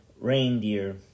reindeer